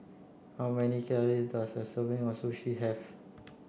how many calories does a serving of Sushi have